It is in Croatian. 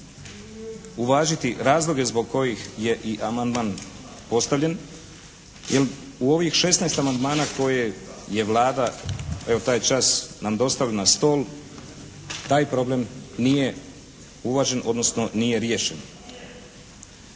uvažiti razloge zbog kojih je i amandman postavljen jer u ovih šesnaest amandmana koje je Vlada evo taj čas nam dostavila na stol, taj problem nije uvažen odnosno nije riješen.